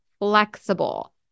flexible